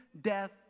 death